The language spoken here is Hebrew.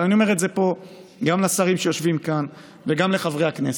אבל אני אומר את זה פה גם לשרים שיושבים כאן וגם לחברי הכנסת: